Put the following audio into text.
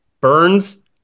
Burns